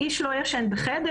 גבר ואישה לא ישנים בחדר.